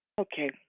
Okay